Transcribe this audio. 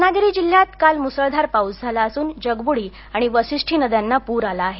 रत्नागिरी जिल्ह्यात काल मुसळधार पाऊस झाला असून जगबुडी आणि वाशिष्ठी नद्यांना पूर आला आहे